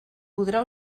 podrà